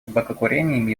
табакокурением